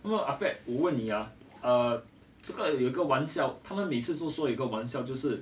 那么 ah fat 我问你啊 err 这个有一个玩笑他们每次都说有一个玩笑就是